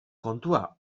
kontua